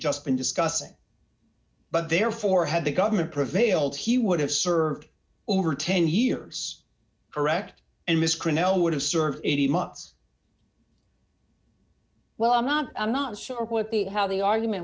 just been discussing but therefore had the government prevailed he would have served over ten years correct and this criminal would have served eighteen months well i'm not i'm not sure what the how the argument